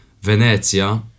venezia